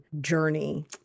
journey